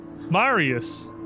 Marius